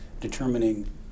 determining